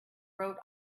wrote